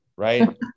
Right